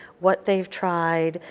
what they have tried,